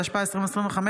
התשפ"ה 2025,